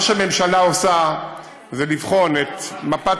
מה שהממשלה עושה זה לבחון את מפת